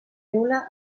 nul·la